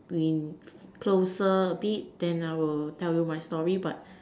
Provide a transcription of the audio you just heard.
we closer a bit then I will tell you my story but